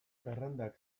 zerrendak